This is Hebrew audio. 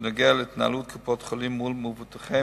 בכל הקשור להתנהלות קופות-חולים מול המבוטחים